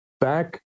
back